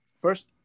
first